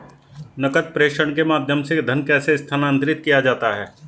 नकद प्रेषण के माध्यम से धन कैसे स्थानांतरित किया जाता है?